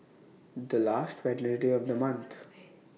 The last Wednesday of The month